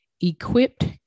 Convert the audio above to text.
equipped